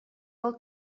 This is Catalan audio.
del